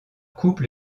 couple